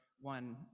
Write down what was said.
one